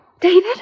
David